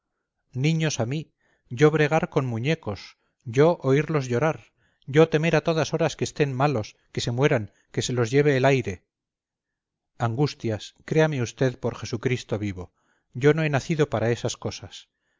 niños a mí yo bregar con muñecos yo oírlos llorar yo temer a todas horas que estén malos que se mueran que se los lleve el aire angustias créame usted por jesucristo vivo yo no he nacido para esas cosas